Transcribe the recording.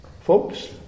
Folks